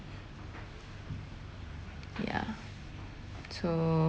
ya so